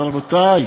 אבל, רבותי,